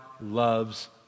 loves